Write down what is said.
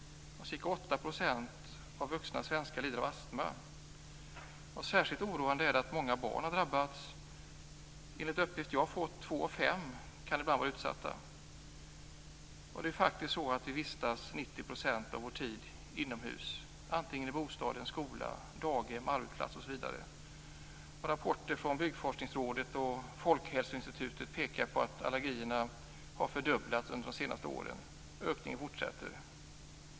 Ca 8 % av vuxna svenskar lider av astma. Särskilt oroande är det att många barn har drabbats. Enligt uppgifter som jag fått kan två av fem ibland vara utsatta. Vi vistas 90 % av vår tid inomhus, antingen i bostaden, i skola, på daghem, på arbetsplatser osv. Rapporter från Byggforskningsrådet och Folkhälsoinstitutet pekar på att allergierna har fördubblats under de senaste åren, och ökningen fortsätter.